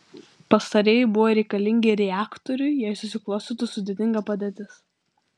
pastarieji buvo reikalingi reaktoriui jei susiklostytų sudėtinga padėtis